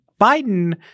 Biden